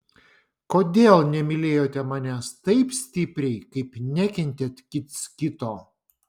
kodėl nemylėjote manęs taip stipriai kaip nekentėt kits kito